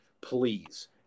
please